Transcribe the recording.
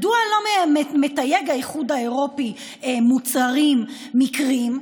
מדוע לא מתייג האיחוד האירופי מוצרים מקרים,